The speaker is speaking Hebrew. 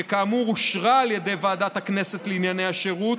שכאמור אושרה על ידי ועדת הכנסת לענייני השירות,